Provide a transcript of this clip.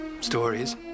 stories